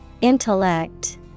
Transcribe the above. Intellect